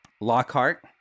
Lockhart